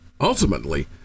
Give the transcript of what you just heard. Ultimately